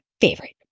favorite